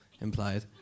implied